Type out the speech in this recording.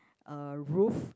uh roof